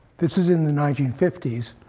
this is in the nineteen fifty s,